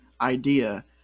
idea